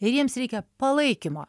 ir jiems reikia palaikymo